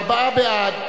ארבעה בעד,